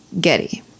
Getty